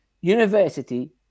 university